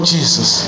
Jesus